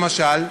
למשל,